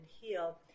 heal